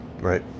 right